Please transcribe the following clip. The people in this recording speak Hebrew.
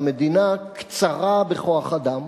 במדינה קצרה בכוח-אדם.